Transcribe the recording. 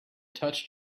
touched